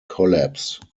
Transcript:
collapse